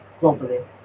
globally